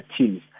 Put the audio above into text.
teams